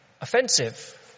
offensive